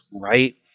right